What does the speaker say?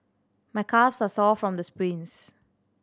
my calves are sore from the sprints